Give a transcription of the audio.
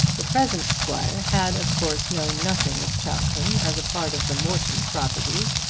the present squire had of course known nothing of chowton as a part of the morton property,